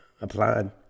applied